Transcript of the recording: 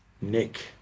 Nick